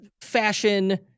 fashion